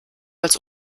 als